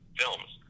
films